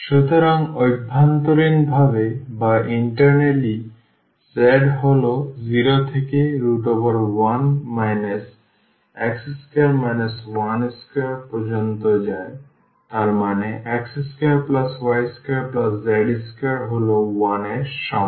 সুতরাং অভ্যন্তরীণ ভাবে z হল 0 থেকে 1 x2 y2 পর্যন্ত যায় তার মানে x2y2z2 হল 1 এর সমান